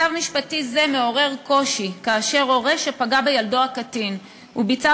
מצב משפטי זה מעורר קושי כאשר הורה שפגע בילדו הקטין וביצע